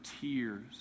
tears